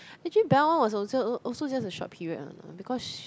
actually Bel was also also just a short period one ah because